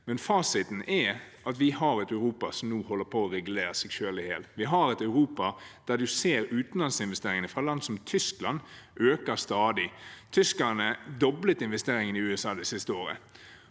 ved. Fasiten er at vi har et Europa som nå holder på å regulere seg selv i hjel. Vi har et Europa der man ser utenlandsinvesteringene fra land som Tyskland stadig øke. Tyskerne doblet investeringene i USA det siste året.